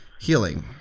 healing